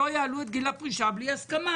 שלא יעלו את גיל הפרישה בלי הסכמה.